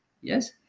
yes